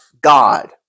God